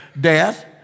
death